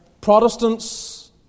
Protestants